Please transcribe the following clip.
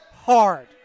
hard